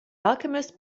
alchemist